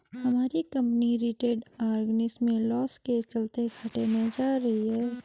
हमारी company retained earnings में loss के चलते घाटे में जा रही है